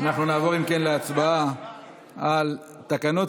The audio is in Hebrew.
לגבי התקנות,